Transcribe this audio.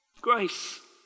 Grace